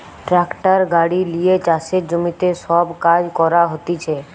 tractor গাড়ি লিয়ে চাষের জমিতে সব কাজ করা হতিছে